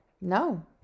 No